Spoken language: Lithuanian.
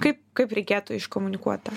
kaip kaip reikėtų iškomunikuot tą